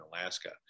Alaska